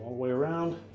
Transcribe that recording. way around